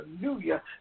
hallelujah